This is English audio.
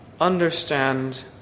understand